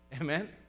Amen